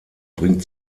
bringt